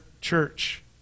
church